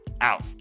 out